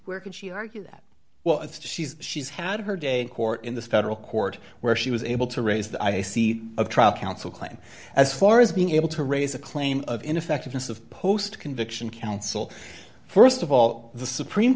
where could she argue that well if she's she's had her day in court in the federal court where she was able to raise the i see a trial counsel claim as far as being able to raise a claim of ineffectiveness of post conviction counsel st of all the supreme